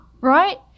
Right